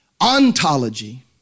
ontology